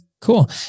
Cool